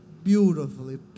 beautifully